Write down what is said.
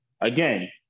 again